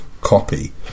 copy